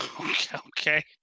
Okay